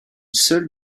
seule